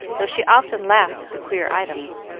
though she often laughed at the queer items.